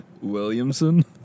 Williamson